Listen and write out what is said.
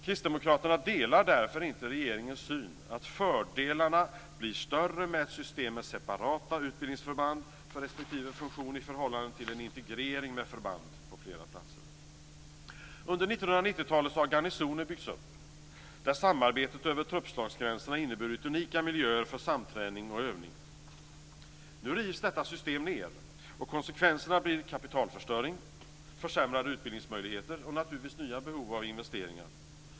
Kristdemokraterna delar därför inte regeringen syn att fördelarna "blir större med ett system med separata utbildningsförband för respektive funktion i förhållande till en integrering med förband" på flera platser. Under 1990-talet har garnisoner byggts upp där samarbetet över truppslagsgränserna inneburit unika miljöer för samträning och övning. Nu rivs detta system ned och konsekvenserna blir kapitalförstöring, försämrade utbildningsmöjligheter och, naturligtvis, nya behov av investeringar.